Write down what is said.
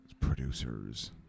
Producers